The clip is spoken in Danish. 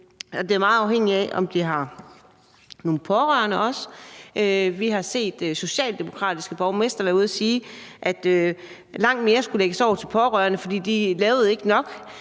Det er også meget afhængigt af, om de har nogle pårørende. Vi har set socialdemokratiske borgmestre være ude at sige, at langt mere skulle lægges over til de pårørende, fordi de ikke lavede nok.